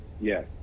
yes